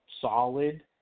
solid